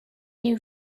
you